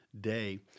day